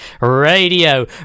Radio